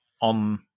on